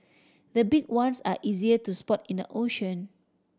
the big ones are easier to spot in the ocean